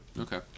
Okay